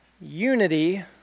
unity